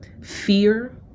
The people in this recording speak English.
fear